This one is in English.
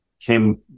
came